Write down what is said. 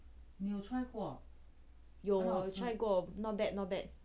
有我有 try 过 not bad not bad